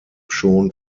schon